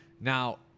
Now